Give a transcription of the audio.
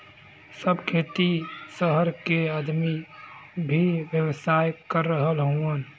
सब खेती सहर के आदमी भी व्यवसाय कर रहल हउवन